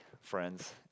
friends